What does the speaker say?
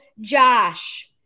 Josh